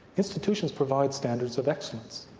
institutions provide standards of excellence.